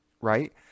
right